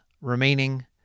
remaining